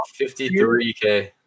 53k